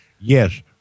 Yes